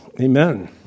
Amen